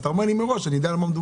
למה רק